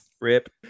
rip